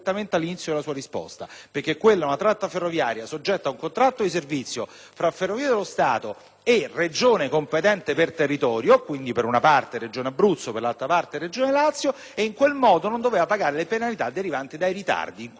quella è una tratta ferroviaria soggetta ad un contratto di servizio tra Ferrovie dello Stato e Regione competente per territorio (quindi, per una parte, Regione Abruzzo e, per l'altra parte, Regione Lazio), e in tal modo Ferrovie non doveva pagare le penalità derivanti dai ritardi. Così i pendolari